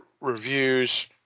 reviews